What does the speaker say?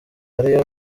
yari